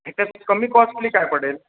त्याच्यात कमी कॉस्टली काय पडेल